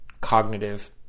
cognitive